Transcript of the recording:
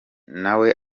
nawe